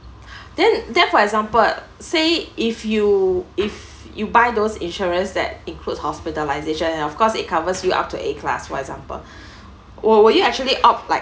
then then for example say if you if you buy those insurance that includes hospitalization and of course it covers you up to A class for example w~ will you actually opt like